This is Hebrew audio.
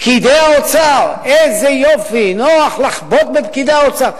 פקידי האוצר, איזה יופי, נוח לחבוט בפקידי האוצר.